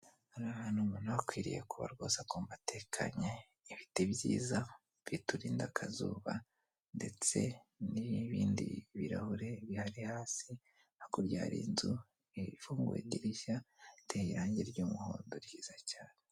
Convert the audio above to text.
Hari ahantu umuntu aba akwiriye kuba rwose akumva atekanye, ibiti byiza biturinda akazuba, ndetse n'ibindi birarahure bihari hasi, hakurya hari inzu ifunguye idirishya, iteye irangi ry'umuhondo ryiza cyane.